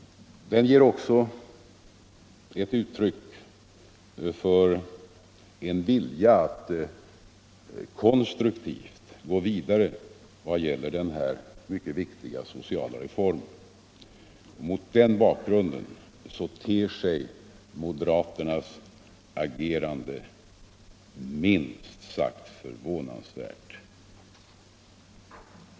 Den ger också uttryck för en vilja att konstruktivt gå vidare i vad gäller den här mycket viktiga sociala reformen. Mot den bakgrunden ter sig moderaternas agerande minst sagt förvånansvärt.